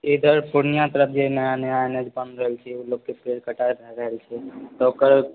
इधर पूर्णियाके तरफ जे नया नया एन एच बन रहल छै ओ लोककेँ पेड़ कटाइ रहल छै तऽ ओकर